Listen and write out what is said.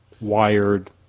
wired